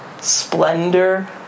Splendor